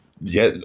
Yes